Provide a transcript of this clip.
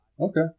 Okay